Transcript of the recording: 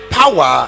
power